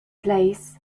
place